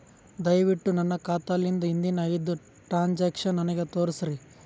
ದಯವಿಟ್ಟು ನನ್ನ ಖಾತಾಲಿಂದ ಹಿಂದಿನ ಐದ ಟ್ರಾಂಜಾಕ್ಷನ್ ನನಗ ತೋರಸ್ರಿ